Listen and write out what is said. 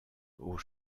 aux